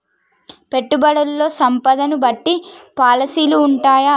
పెట్టుబడుల్లో సంపదను బట్టి పాలసీలు ఉంటయా?